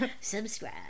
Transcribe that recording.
subscribe